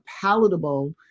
palatable